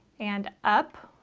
and up